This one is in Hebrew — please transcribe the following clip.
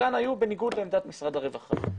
חלקן היו בניגוד לעמדת משרד הרווחה.